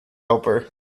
helper